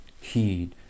heed